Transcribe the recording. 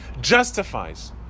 justifies